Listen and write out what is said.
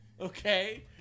Okay